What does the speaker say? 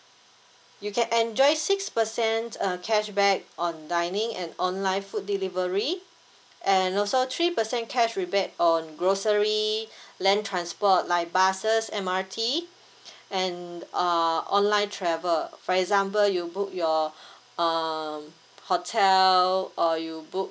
you can enjoy six percent uh cashback on dining and online food delivery and also three percent cash rebate on grocery land transport like buses M_R_T and uh online travel for example you book your um hotel or you book